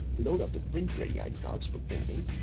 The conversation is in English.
load up the print ready id cards for printing.